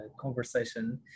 conversation